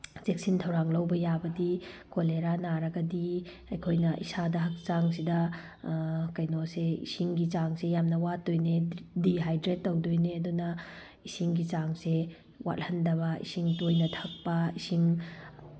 ꯆꯦꯛꯁꯤꯟ ꯊꯧꯔꯥꯡ ꯂꯧꯕ ꯌꯥꯕꯗꯤ ꯀꯣꯂꯦꯔꯥ ꯅꯥꯔꯒꯗꯤ ꯑꯩꯈꯣꯏꯅ ꯏꯁꯥꯗ ꯍꯛꯆꯥꯡꯁꯤꯗ ꯀꯩꯅꯣꯁꯦ ꯏꯁꯤꯡꯒꯤ ꯆꯥꯡꯁ ꯌꯥꯝꯅ ꯋꯥꯠꯇꯣꯏꯅꯦ ꯗꯤ ꯗꯥꯏꯍꯥꯏꯗ꯭ꯔꯦꯠ ꯇꯧꯗꯣꯏꯅꯦ ꯑꯗꯨꯅ ꯏꯁꯤꯡꯒꯤ ꯆꯥꯡꯁꯦ ꯋꯥꯠꯍꯟꯗꯕ ꯏꯁꯤꯡ ꯇꯣꯏꯅ ꯊꯛꯄ ꯏꯁꯤꯡ